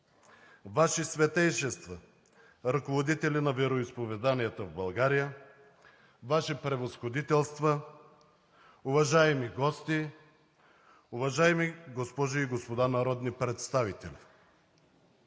Ваши светейшества, ръководители на вероизповеданията в България, Ваши превъзходителства, уважаеми гости, уважаеми госпожи и господа народни представители!